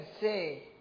say